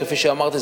כפי שאמרתי,